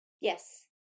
Yes